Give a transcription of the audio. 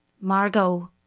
Margot